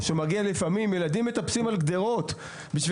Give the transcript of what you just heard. או שמגיעים לפעמים ילדים ומטפסים על גדרות בשביל